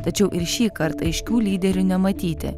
tačiau ir šįkart aiškių lyderių nematyti